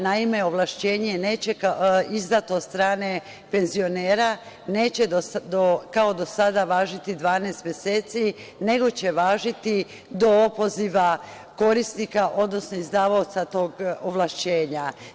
Naime, ovlašćenje izdato od strane penzionera neće kao do sada važiti 12 meseci, nego će važiti do opoziva korisnika, odnosno izdavaoca tog ovlašćenja.